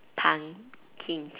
pumpkins